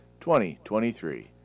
2023